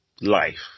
life